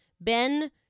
Ben